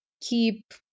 keep